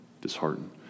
disheartened